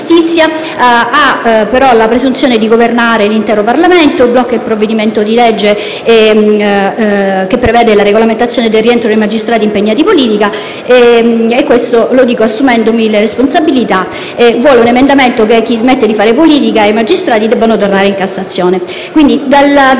«ha la presunzione di governare l'intero Parlamento. Blocca il provvedimento di legge che prevede la regolamentazione del rientro dei magistrati impegnati in politica - e questo lo dico assumendomi la responsabilità di ciò che dico - perché vuole un emendamento che preveda che chi smette di fare politica, i magistrati debbano andare in Cassazione».